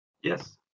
yes